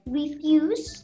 refuse